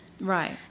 Right